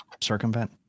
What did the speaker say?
circumvent